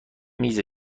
میز